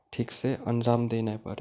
ଠିକ୍ସେ ଆନ୍ଜାମ୍ ଦେଇନାଇ ପାରେ